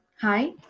hi